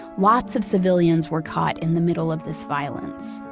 lots of civilians were caught in the middle of this violence.